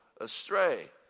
astray